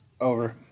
Over